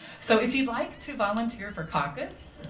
so if you would like to volunteer for caucus,